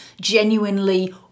genuinely